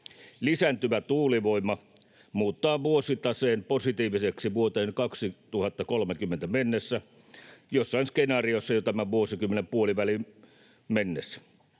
Lisääntyvä tuulivoima muuttaa vuositaseen positiiviseksi vuoteen 2030 mennessä, joissain skenaarioissa jo tämän vuosikymmenen puoliväliin mennessä.